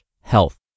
health